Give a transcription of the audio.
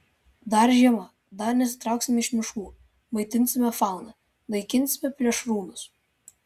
dar žiema dar nesitrauksime iš miškų maitinsime fauną naikinsime plėšrūnus